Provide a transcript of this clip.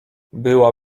była